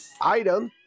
item